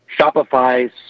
Shopify